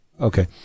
Okay